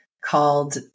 called